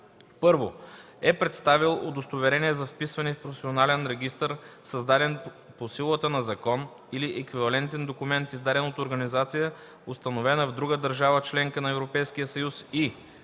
1. е представил удостоверение за вписване в професионален регистър, създаден по силата на закон, или еквивалентен документ, издаден от организация, установена в друга държава-членка на